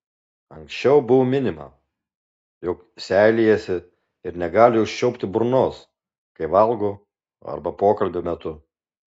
anksčiau buvo minima jog seilėjasi ir negali užčiaupti burnos kai valgo arba pokalbio metu